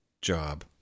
job